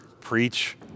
preach